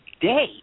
day